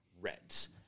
Reds